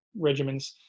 regimens